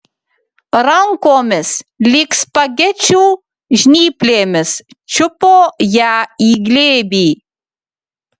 rankomis lyg spagečių žnyplėmis čiupo ją į glėbį